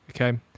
Okay